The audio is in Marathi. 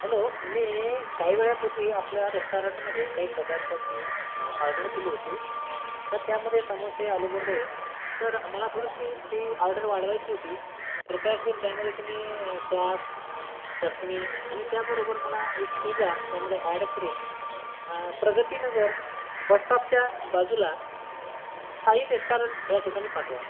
हेल्लो मी काही वेळेपूर्वी आपल्या रेस्टॉरंटमध्ये काही पदार्थाची ऑर्डर केली होती तर त्यामध्ये समोसे आलुबोंडे तर मला थोडीशी ती ऑर्डर वाढवायची होती कृपया करून त्यामधे तुम्ही सॉस चटणी आणि त्या बरोबर मला एक पिझ्झा त्यामधे ऍड करून प्रगतीनगर बसस्टॉपच्या बाजूला साई रेस्टॉरंट या ठिकाणी पाठवा